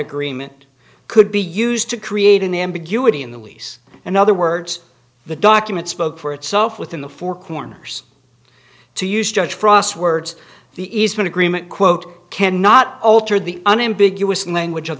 agreement could be used to create an ambiguity in the lease and other words the document spoke for itself within the four corners to use judge frost's words the easement agreement quote cannot alter the an ambiguous language of